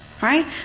Right